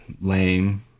lame